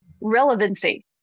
relevancy